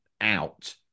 out